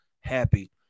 happy